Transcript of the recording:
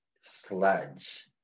sludge